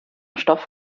stoff